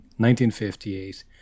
1958